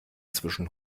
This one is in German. zwischen